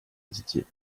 didier